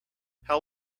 how